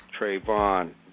Trayvon